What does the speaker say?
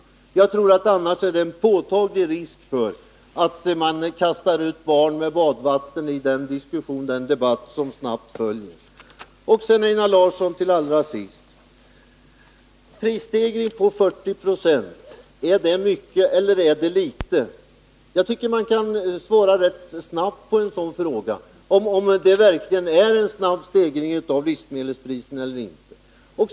Jag tror att det annars är en påtaglig risk att man kastar ut barnet med badvattnet i den debatt som snabbt följer. Allra sist, Einar Larsson: En prisstegring på 40 90 — är det mycket eller litet? Jag tycker att man kan svara rätt snabbt på frågan om det verkligen är en snabb stegring av livsmedelspriserna eller inte.